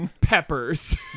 Peppers